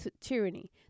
tyranny